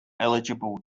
eligible